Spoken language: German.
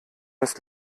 ist